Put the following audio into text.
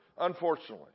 unfortunately